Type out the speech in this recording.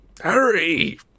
Harry